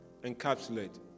encapsulate